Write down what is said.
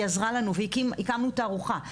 היא עזרה לנו והקמנו תערוכה,